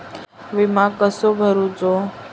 विमा कसो भरूचो?